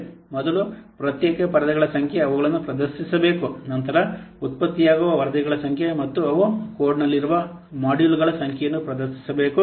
ಮೊದಲು ಪ್ರತ್ಯೇಕ ಪರದೆಗಳ ಸಂಖ್ಯೆ ಅವುಗಳನ್ನು ಪ್ರದರ್ಶಿಸಬೇಕು ನಂತರ ಉತ್ಪತ್ತಿಯಾಗುವ ವರದಿಗಳ ಸಂಖ್ಯೆ ಮತ್ತು ಅವು ಕೋಡ್ನಲ್ಲಿರುವ ಮಾಡ್ಯೂಲ್ಗಳ ಸಂಖ್ಯೆಯನ್ನು ಪ್ರದರ್ಶಿಸಬೇಕು